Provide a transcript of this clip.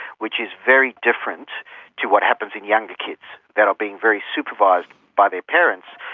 which is very different to what happens in younger kids that are being very supervised by their parents,